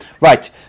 Right